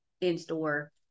in-store